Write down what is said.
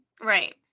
Right